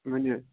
ؤنِو